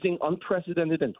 unprecedented